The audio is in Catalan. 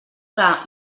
que